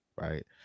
Right